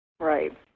Right